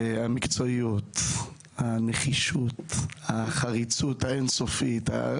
המקצועיות, הנחישות, החריצות האין סופית.